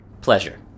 Pleasure